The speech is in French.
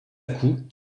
coup